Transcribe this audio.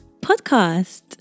podcast